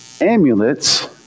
amulets